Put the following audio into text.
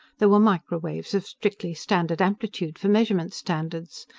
there were microwaves of strictly standard amplitude, for measurement-standards.